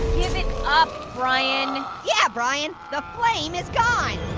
give it up, brian. yeah, brian, the flame is gone.